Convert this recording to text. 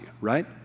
right